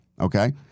Okay